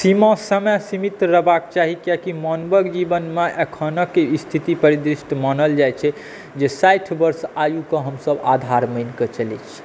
सीमा समय सीमित रहबाक चाही कियाकि मानवक जीवनमे अखनक स्थिति परिदृश्य मानल जाइ छै जे साठि वर्ष आयुक हमसभ आधार मानिक चलै छियै